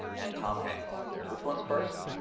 and tom hanks. which one is first?